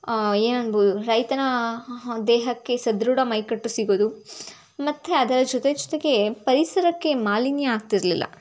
ಏನನ್ಬೋದು ರೈತನ ದೇಹಕ್ಕೆ ಸದೃಢ ಮೈಕಟ್ಟು ಸಿಗೋದು ಮತ್ತು ಅದರ ಜೊತೆ ಜೊತೆಗೆ ಪರಿಸರಕ್ಕೆ ಮಾಲಿನ್ಯ ಆಗ್ತಿರಲಿಲ್ಲ